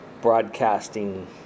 broadcasting